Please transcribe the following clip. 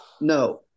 No